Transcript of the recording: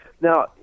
Now